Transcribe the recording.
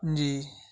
جی